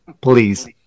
please